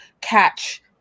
catch